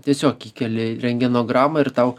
tiesiog įkeli rentgenogramą ir tau